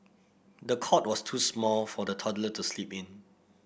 the cot was too small for the toddler to sleep in